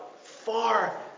far